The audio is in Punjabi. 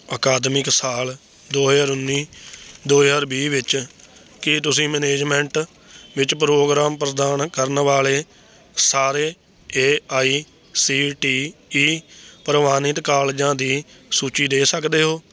ਅਕਾਦਮਿਕ ਸਾਲ ਦੋ ਹਜ਼ਾਰ ਉੱਨੀ ਦੋ ਹਜ਼ਾਰ ਵੀਹ ਵਿੱਚ ਕੀ ਤੁਸੀਂ ਮੈਨਜਮੈਂਟ ਵਿੱਚ ਪ੍ਰੋਗਰਾਮ ਪ੍ਰਦਾਨ ਕਰਨ ਵਾਲੇ ਸਾਰੇ A I C T E ਪ੍ਰਵਾਨਿਤ ਕਾਲਜਾਂ ਦੀ ਸੂਚੀ ਦੇ ਸਕਦੇ ਹੋ